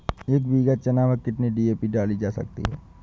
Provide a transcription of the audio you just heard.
एक बीघा चना में कितनी डी.ए.पी डाली जा सकती है?